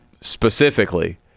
specifically